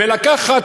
ולקחת